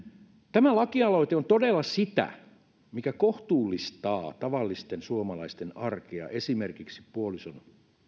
tämä lakialoite on todella sitä mikä kohtuullistaa tavallisten suomalaisten arkea esimerkiksi puolison